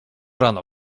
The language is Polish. rano